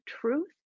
truth